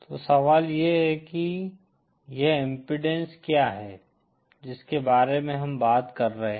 तो सवाल यह है कि यह इम्पीडेन्स क्या है जिसके बारे में हम बात कर रहे हैं